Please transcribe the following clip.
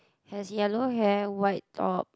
has yellow hair white top